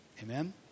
Amen